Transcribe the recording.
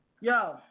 Yo